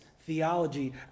theology